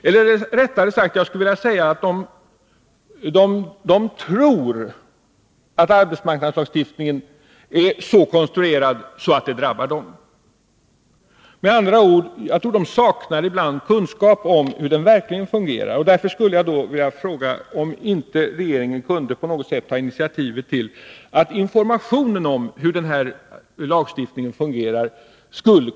Eller också, rättare sagt, tror de att arbetsmarknadslagstiftningen är så konstruerad att den drabbar dem. Jag tror med andra ord att de ibland saknar kunskap om hur lagstiftningen verkligen fungerar. Därför skulle jag vilja fråga om inte regeringen på något sätt kunde ta initiativ till att förbättra och öka informationen om hur lagstiftningen fungerar.